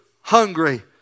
hungry